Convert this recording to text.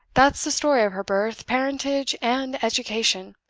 that's the story of her birth, parentage, and education!